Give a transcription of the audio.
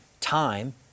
time